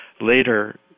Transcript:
later